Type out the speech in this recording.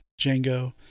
Django